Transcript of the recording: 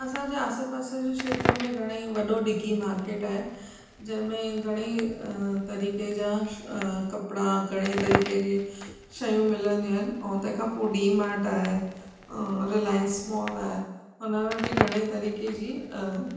असांजे आसे पासे जी खेत्र में घणेई वॾो डिगी मार्केट आहे जंहिंमें घणेई तरीक़े जा कपिड़ा घणेई तरीक़े जी शयूं मिलंदियूं आहिनि ऐं तंहिंखां पोइ डीमार्ट आहे ऐं रिलाइंस मॉल आहे उन में बि घणेई तरीक़े जी